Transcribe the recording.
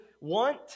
want